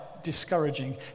Discouraging